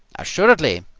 assuredly!